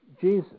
Jesus